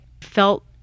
felt